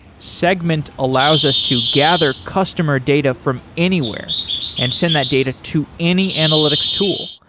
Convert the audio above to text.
segment allows us to gather customer data from anywhere and send that data to any analytics tool.